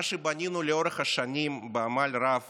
מה שבנינו לאורך השנים בעמל רב